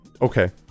Okay